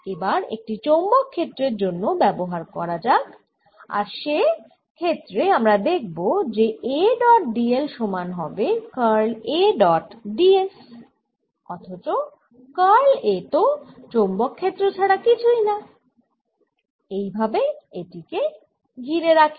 এবার এটি চৌম্বক ক্ষেত্রের জন্য ব্যবহার করা যাক আর সে ক্ষেত্রে আমরা দেখব যে A ডট d l সমান হবে curl A dot d s অথচ কার্ল A তো চৌম্বক ক্ষেত্র ছাড়া কিছু না এই ভাবে এটি কে ঘিরে রাখি